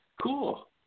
cool